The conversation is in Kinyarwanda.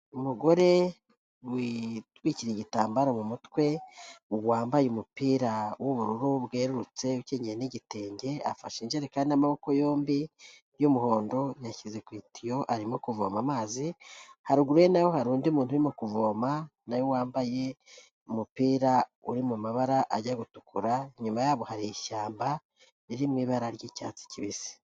Umugore witwikiriye igitambaro mu mutwe wambaye umupira w'ubururu bwerurutse ukenyeye n'igitenge, afashe injerekani n'amaboko yombi y'umuhondo yashyize ku itiyo arimo kuvoma amazi, haruguru ye na ho hari undi muntu urimo kuvoma na we wambaye umupira uri mu mabara ajya gutukura, inyuma yaho hari ishyamba riri mu ibara ry'icyatsi kibisi.